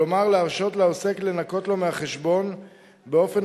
כלומר להרשות לעוסק לנכות לו מהחשבון באופן